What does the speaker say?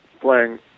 playing